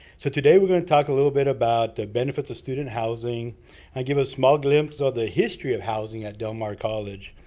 so today, we're gonna talk a little bit about the benefits of student housing and give a small glimpse of the history of housing at del mar college.